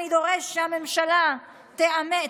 אני דורש מהממשלה לאמץ.